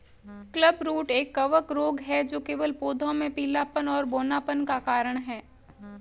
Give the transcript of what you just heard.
clubroot एक कवक रोग है जो केवल पौधों में पीलापन और बौनापन का कारण है